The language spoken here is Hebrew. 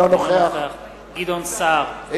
אינו נוכח גדעון סער,